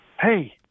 hey